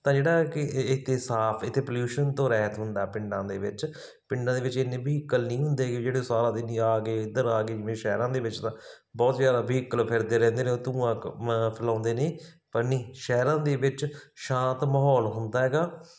ਤਾਂ ਜਿਹੜਾ ਕਿ ਇੱਕ ਹਿਸਾਬ ਇੱਥੇ ਪੋਲਿਊਸ਼ਨ ਤੋਂ ਰਹਿਤ ਹੁੰਦਾ ਪਿੰਡਾਂ ਦੇ ਵਿੱਚ ਪਿੰਡਾਂ ਦੇ ਵਿੱਚ ਇੰਨੇ ਵਹੀਕਲ ਨਹੀਂ ਹੁੰਦੇ ਹੇਗੇ ਜਿਹੜੇ ਸਾਰਾ ਦਿਨ ਆ ਗਏ ਇੱਧਰ ਆ ਗਏ ਜਿਵੇਂ ਸ਼ਹਿਰਾਂ ਦੇ ਵਿੱਚ ਤਾਂ ਬਹੁਤ ਜ਼ਿਆਦਾ ਵਹੀਕਲ ਫਿਰਦੇ ਰਹਿੰਦੇ ਨੇ ਧੂੰਆ ਫੈਲਾਉਂਦੇ ਨੇ ਪਰ ਨਹੀਂ ਸ਼ਹਿਰਾਂ ਦੇ ਵਿੱਚ ਸ਼ਾਂਤ ਮਾਹੌਲ ਹੁੰਦਾ ਹੈਗਾ